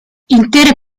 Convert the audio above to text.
intere